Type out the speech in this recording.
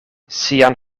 sian